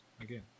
Again